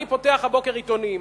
אני פותח הבוקר עיתונים,